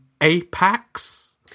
Apex